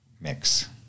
mix